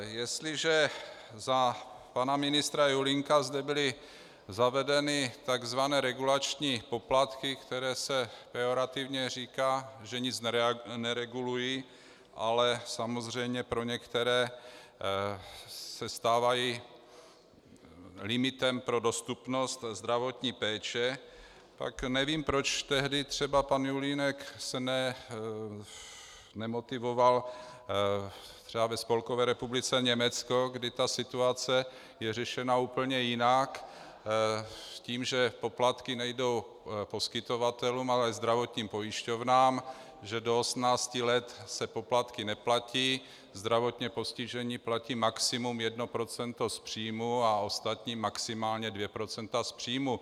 Jestliže za pana ministra Julínka zde byly zavedeny takzvané regulační poplatky, o kterých se pejorativně říká, že nic neregulují, ale samozřejmě pro některé se stávají limitem pro dostupnost zdravotní péče, tak nevím, proč se tehdy pan Julínek nemotivoval třeba ve Spolkové republice Německo, kde ta situace je řešena úplně jinak tím, že poplatky nejdou poskytovatelům, ale zdravotním pojišťovnám, že do 18 let se poplatky neplatí, zdravotně postižení platí maximum 1 % z příjmu a ostatní maximálně 2 % z příjmu.